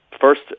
first